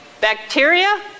bacteria